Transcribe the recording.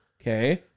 Okay